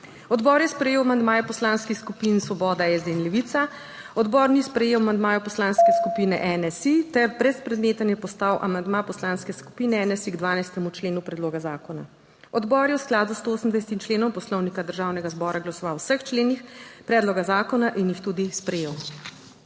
Odbor je sprejel amandmaje Poslanskih skupin Svoboda, SD in Levica. Odbor ni sprejel amandmajev Poslanske skupine NSi / znak za konec razprave/ ter brezpredmeten je postal amandma Poslanske skupine NSi k 12. členu predloga zakona. Odbor je v skladu z 128. členom Poslovnika Državnega zbora glasoval o vseh členih predloga zakona in jih tudi sprejel.